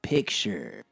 Picture